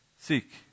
Seek